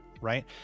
right